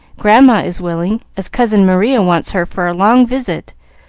grandma is willing, as cousin maria wants her for a long visit,